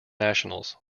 nationals